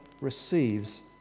receives